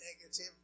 negative